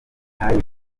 hari